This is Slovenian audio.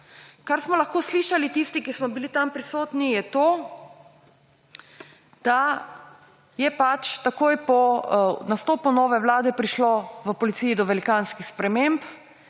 Kar smo lahko slišali tisti, ki smo bili tam prisotni, je to, da je pač takoj po nastopu nove vlade prišlo v policiji do velikanskih sprememb.